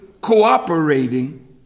cooperating